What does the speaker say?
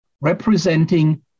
representing